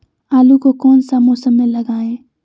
आलू को कौन सा मौसम में लगाए?